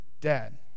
dead